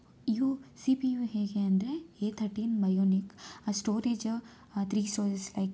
you C P U ಹೇಗೆ ಅಂದರೆ A thirteen Bionic uh storage three storages like